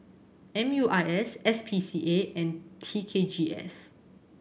M U I S S P C A and T K G S